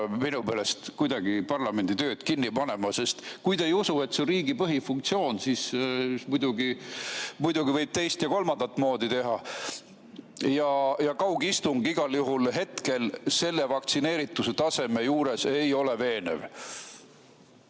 minu meelest kuidagi parlamendi tööd kinni panema, sest kui te ei usu, et see on riigi põhifunktsioon, siis muidugi võib teist ja kolmandat moodi teha. Kaugistung igal juhul hetkel selle vaktsineerituse taseme juures ei ole veenev.